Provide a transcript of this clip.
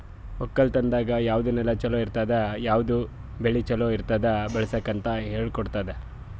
ಒಕ್ಕಲತನದಾಗ್ ಯಾವುದ್ ನೆಲ ಛಲೋ ಇರ್ತುದ, ಯಾವುದ್ ಬೆಳಿ ಛಲೋ ಇರ್ತುದ್ ಬೆಳಸುಕ್ ಅಂತ್ ಹೇಳ್ಕೊಡತ್ತುದ್